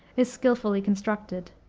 is skillfully constructed.